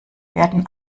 werden